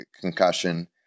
concussion